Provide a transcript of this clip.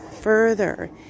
further